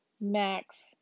max